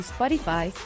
Spotify